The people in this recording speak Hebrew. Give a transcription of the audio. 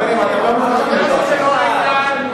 חברים, אתם לא מתווכחים אתו עכשיו.